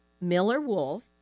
Miller-Wolf